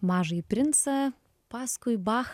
mažąjį princą paskui bachą